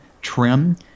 trim